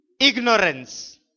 Ignorance